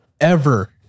ever-